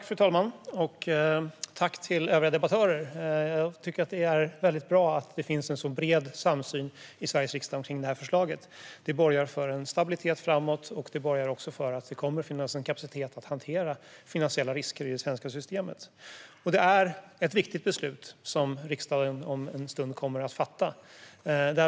Fru talman! Jag vill tacka övriga debattörer. Det är bra att det finns en bred samsyn i Sveriges riksdag för detta förslag. Det borgar för en stabilitet framåt, och det borgar för att det kommer att finnas en kapacitet att hantera finansiella risker i det svenska systemet. Det är ett viktigt beslut som riksdagen om en stund kommer att fatta.